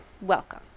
Welcome